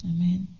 Amen